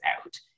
out